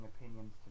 opinions